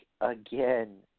again